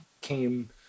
came